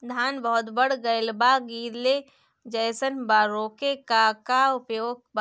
धान बहुत बढ़ गईल बा गिरले जईसन बा रोके क का उपाय बा?